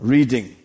Reading